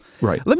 Right